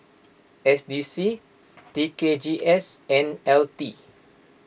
S D C T K G S and L T